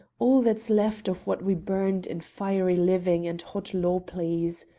all that's left of what we burned in fiery living and hot law-pleas.